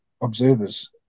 observers